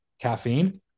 caffeine